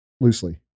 loosely